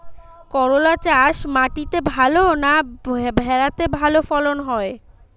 করলা চাষ মাটিতে ভালো না ভেরাতে ভালো ফলন হয়?